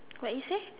what you say